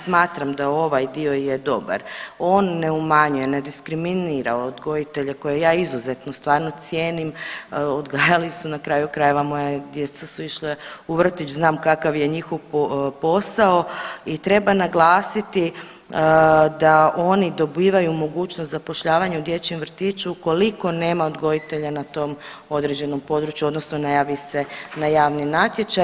Smatra da ovaj dio je dobar, on ne umanjuje, ne diskriminira odgojitelje koje ja izuzetno stvarno cijenim odgajali su na kraju krajeva moja djeca su išla u vrtić znam kakav je njihov posao i treba naglasiti da oni dobivaju mogućnost zapošljavanja u dječjem vrtiću ukoliko nema odgojitelja na tom određenom području odnosno ne javi se na javni natječaj.